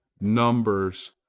numbers,